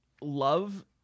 love